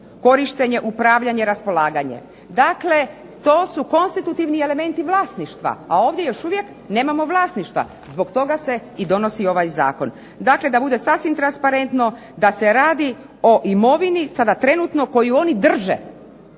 korištenje, upravljanje, raspolaganje. Dakle, to su konstitutivni elementi vlasništva, a ovdje još uvijek nemamo vlasništva. Zbog toga se i donosi ovaj zakon. Dakle, da bude sasvim transparentno da se radi o imovini, sada trenutno koju oni drže,